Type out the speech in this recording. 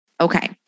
Okay